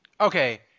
Okay